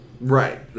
Right